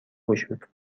گشود